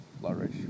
flourish